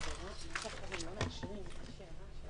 היערכות של אטרקציות ומקומות לקראת פסח ובכלל.